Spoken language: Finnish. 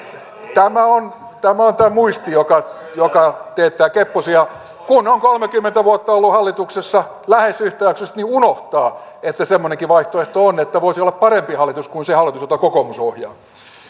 tämä on tämä on tämä muisti joka joka teettää kepposia kun on kolmekymmentä vuotta ollut hallituksessa lähes yhtäjaksoisesti niin unohtaa että semmoinenkin vaihtoehto on että voisi olla parempi hallitus kuin se hallitus jota kokoomus ohjaa